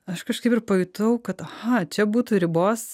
aš kažkaip ir pajutau kad aha čia būtų ribos